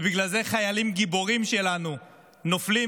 ובגלל זה חיילים גיבורים שלנו נופלים,